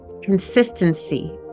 Consistency